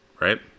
right